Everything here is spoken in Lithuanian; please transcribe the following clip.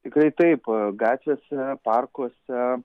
tikrai taip gatvėse parkuose